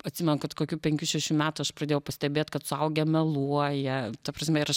atsimenu kad kokių penkių šešių metų aš pradėjau pastebėt kad suaugę meluoja ta prasme ir aš